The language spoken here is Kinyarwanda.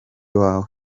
wawe